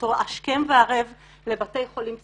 אותו השכם וערב לבתי חולים פסיכיאטריים,